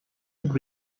and